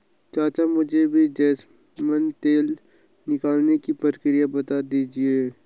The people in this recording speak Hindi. चाचा मुझे भी जैस्मिन तेल निकालने की प्रक्रिया बता दीजिए